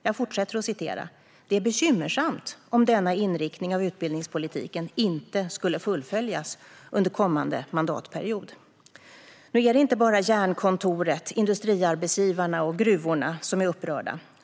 Jag fortsätter att citera: "Det är bekymmersamt om denna inriktning av utbildningspolitiken inte skulle fullföljas under kommande mandatperiod." Nu är det inte bara Jernkontoret, Industriarbetsgivarna och gruvorna som är upprörda.